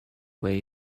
way